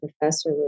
professor